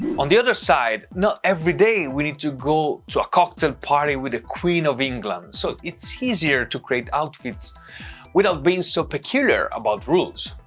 on the other side, not every day we need to go to a cocktail party with the queen of england, so it's easier to create outfits without being so peculiar about rules.